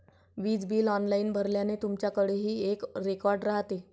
वीज bill online भरल्याने, तुमच्याकडेही एक रेकॉर्ड राहते